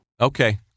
Okay